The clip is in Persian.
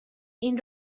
این